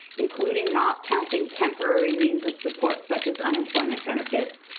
including not counting temporary means of support such as unemployment benefits.